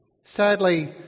Sadly